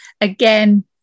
again